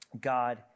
God